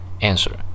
Answer